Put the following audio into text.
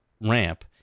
ramp